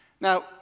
Now